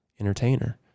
entertainer